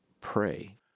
pray